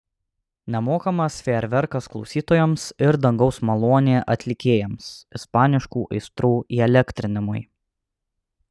nemokamas fejerverkas klausytojams ir dangaus malonė atlikėjams ispaniškų aistrų įelektrinimui